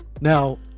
Now